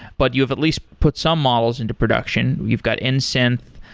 but you have at least put some models into production. you've got and nsynth,